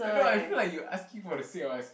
I know I feel like you asking for the sake of asking